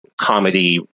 comedy